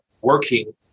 working